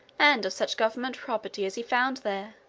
and of such governmental property as he found there,